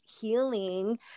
healing